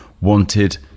wanted